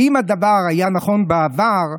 ואם הדבר היה נכון בעבר,